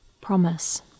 promise